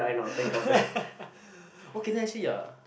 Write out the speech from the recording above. okay then actually ya